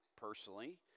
personally